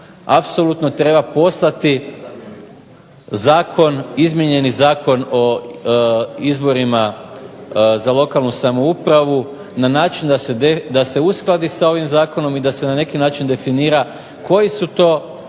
apsolutno treba poslati zakon, izmijenjeni Zakon o izborima za lokalnu samoupravu na način da se uskladi sa ovim zakonom i da se na neki način definira koji su to, koja